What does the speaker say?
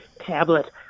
tablet